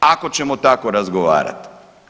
Ako ćemo tako razgovarati.